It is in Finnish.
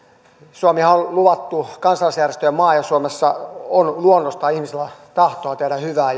suomihan on on kansalaisjärjestöjen luvattu maa ja suomessa on luonnostaan ihmisillä tahtoa tehdä hyvää